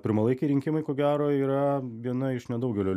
pirmalaikiai rinkimai ko gero yra viena iš nedaugelio